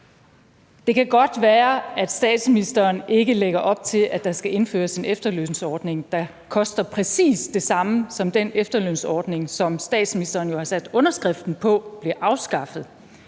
Det kan godt være, at statsministeren ikke lægger op til, at der skal indføres en efterlønsordning, der koster præcis det samme som den efterlønsordning, som statsministeren jo har sat underskriften på blev afskaffet.